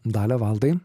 dalia valdai